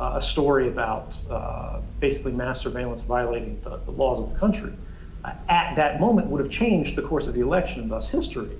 a story about basically mass surveillance violating the the laws of the country ah at that moment would have changed the course of the election and thus history.